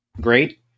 great